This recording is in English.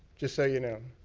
just so you know.